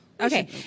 Okay